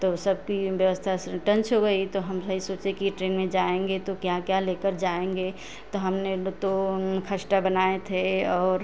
तो सबकी व्यवस्था टेन से हो गई तो हम भाई सोचे कि ट्रेन में जाएंगे तो क्या क्या लेकर जाएंगे तो हमने तो ख़स्ता बनाए थे और